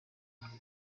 uganda